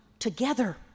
together